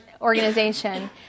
organization